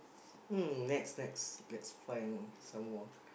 um next next let's find some more